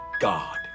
God